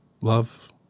love